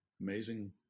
amazing